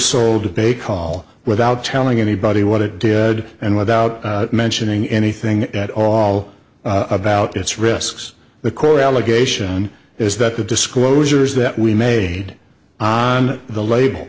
bake all without telling anybody what it did and without mentioning anything at all about its risks the quote allegation is that the disclosures that we made on the label